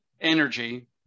energy